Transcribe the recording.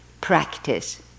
practice